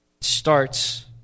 starts